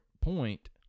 point